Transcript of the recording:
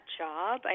job